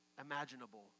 imaginable